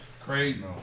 Crazy